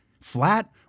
flat